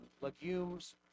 legumes